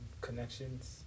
connections